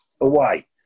away